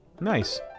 Nice